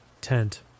tent